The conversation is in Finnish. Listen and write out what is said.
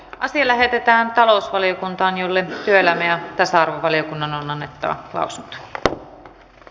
asia lähetettiin talousvaliokuntaan jolle työelämä ja tasa arvovaliokunnan on annettava lausunto